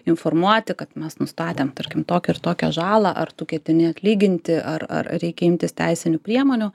informuoti kad mes nustatėm tarkim tokią ir tokią žalą ar tu ketini atlyginti ar ar reikia imtis teisinių priemonių